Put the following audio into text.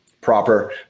proper